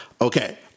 Okay